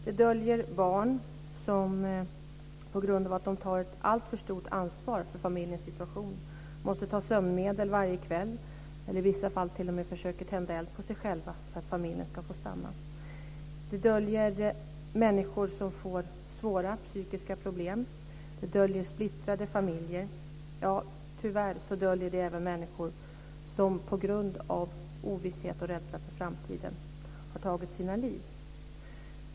Det döljer sig barn som på grund av att de tar ett alltför stort ansvar för familjens situation måste ta sömnmedel varje kväll och i vissa fall t.o.m. försöker tända eld på sig själva för att familjen ska få stanna. Det döljer sig människor som får svåra psykiska problem. Det döljer sig splittrade familjer, och tyvärr döljer det sig även människor som på grund av ovisshet och rädsla för framtiden har tagit sina liv.